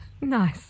Nice